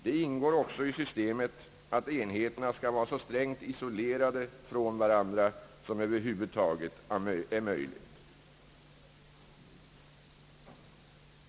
Det ingår också i systemet att enheterna skall vara så strängt isolerade från varandra som över huvud taget är möjligt.